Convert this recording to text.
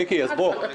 מיקי, בוא.